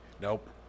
Nope